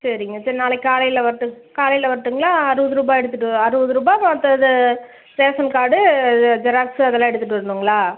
சரிங்க சரி நாளைக்கு காலையில் வரட்டுங்க காலையில் வரட்டுங்களா அறுபதுருபா எடுத்துகிட்டு அறுபதுருபா மற்ற இது ரேஷன் கார்டு இது ஜெராக்ஸு அதெல்லாம் எடுத்துகிட்டு வரணுங்களா